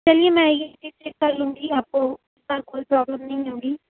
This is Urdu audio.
چلیے میں یہ ٹھیک کر لوں گى آپ کو اس بار كوئى پرابلم نہیں ہوگی